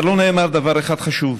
אבל לא נאמר דבר אחד חשוב,